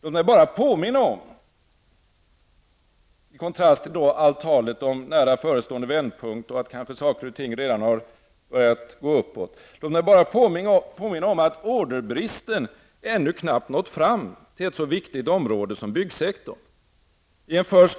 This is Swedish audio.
Låt mig bara påminna om -- i kontrast till allt talet om nära förestående vändpunkt och att kanske saker redan börjat gå uppåt -- att orderbristen ännu knappt nått fram till ett så viktigt område som byggsektorn.